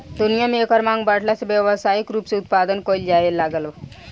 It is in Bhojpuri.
दुनिया में एकर मांग बाढ़ला से व्यावसायिक रूप से उत्पदान कईल जाए लागल